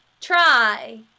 Try